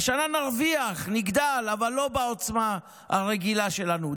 השנה נרוויח, נגדל, אבל לא בעוצמה הרגילה שלנו.